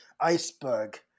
iceberg